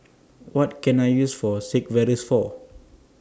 What Can I use For Sigvaris For